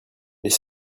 mais